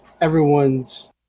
everyone's